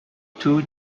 two